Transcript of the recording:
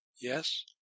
yes